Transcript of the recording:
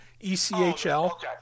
ECHL